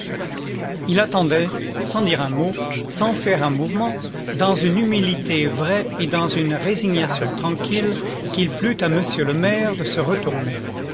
il attendait sans dire un mot sans faire un mouvement dans une humilité vraie et dans une résignation tranquille qu'il plût à monsieur le maire de se retourner